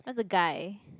where's the guy